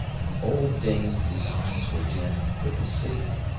and the old dame, whose eyes were dim, couldn't see it,